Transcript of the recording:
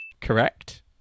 Correct